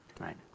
right